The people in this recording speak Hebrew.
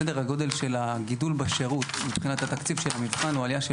סדר הגודל של הגידול בשירות מבחינת התקציב של המבחן הוא עלייה של